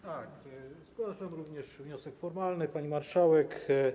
Tak, zgłaszam również wniosek formalny, pani marszałek.